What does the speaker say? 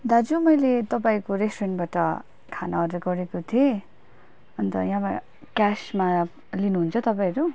दाजु मैले तपाईँको रेस्टुरेन्टबाट खाना अर्डर गरेको थिएँ अन्त यामा क्यासमा लिनुहुन्छ तपाईँहरू